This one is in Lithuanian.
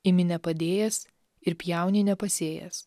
imi nepadėjęs ir pjauni nepasėjęs